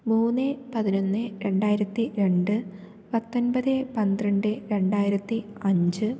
മൂന്ന് പതിനൊന്ന് രണ്ടായിരത്തി രണ്ട് പത്തൊൻപത് പന്ത്രണ്ട് രണ്ടായിരത്തി അഞ്ച്